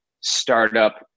startup